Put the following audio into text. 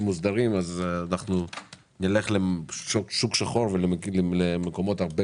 מוסדרים אז נלך לשוק שחור ולמקומות הרבה